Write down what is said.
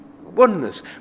oneness